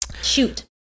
Shoot